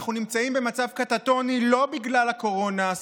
אנחנו נמצאים במצב קטטוני לא בגלל הקורונה,